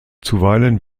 zuweilen